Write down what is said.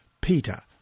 Peter